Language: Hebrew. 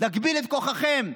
נגביל את כוחכם.